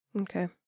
Okay